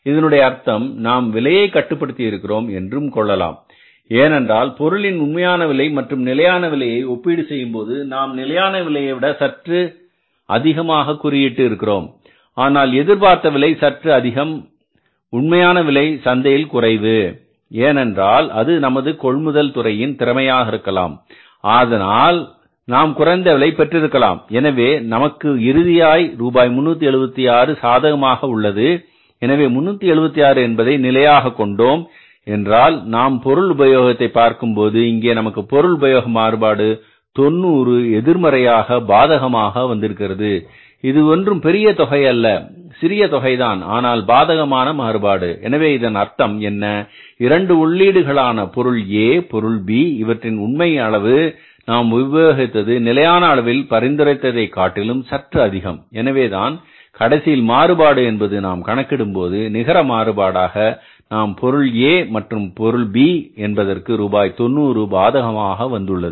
இதனுடைய அர்த்தம் நாம் விலையை கட்டுப்படுத்தி இருக்கிறோம் என்றும் கொள்ளலாம் ஏனென்றால் பொருளின் உண்மையான விலை மற்றும் நிலையான விலையை ஒப்பீடு செய்யும்போது நாம் நிலையான விலையை சற்று அதிகமாக குறியீட்டு இருக்கிறோம் ஆனால் எதிர்பார்த்த விலை சற்று அதிகம் உண்மை விலை சந்தையில் குறைவு ஏனென்றால் அது நமது கொள்முதல் துறையின் திறமையாக இருக்கலாம் அதனால் நாம் குறைந்த விலை பெற்றிருக்கலாம் எனவே நமக்கு இறுதியாக ரூபாய் 376 சாதகமாக உள்ளது எனவே 376 என்பதை நிலையாக கொண்டோம் என்றால் நாம் பொருள் உபயோகத்தை பார்க்கும்போது இங்கே நமக்கு பொருள் உபயோக மாறுபாடு என்பது 90 எதிர்மறையாக பாதகமாக வந்திருக்கிறது இது ஒன்றும் பெரிய தொகை அல்ல சிறிய தொகைதான் ஆனால் பாதகமான மாறுபாடு எனவே இதன் அர்த்தம் என்ன 2 உள்ளீடுகள் ஆன பொருள் A பொருள் B இவற்றின் உண்மை அளவு நாம் உபயோகித்தது நிலையான அளவில் பரிந்துரைத்தது காட்டிலும் சற்று அதிகம் எனவேதான் கடைசியில் மாறுபாடு என்பது நான் கணக்கிடும்போது நிகர மாறுபாடாக நாம் பொருள் A மற்றும் B என்பதற்கு ரூபாய் 90 பாதகமாக வந்துள்ளது